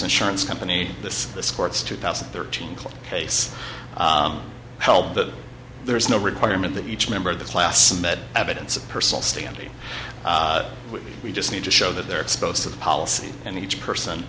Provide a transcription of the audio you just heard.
insurance company this this court's two thousand and thirteen case help that there is no requirement that each member of the class and that evidence of personal standing we just need to show that they're exposed to the policy and each person